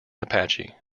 apache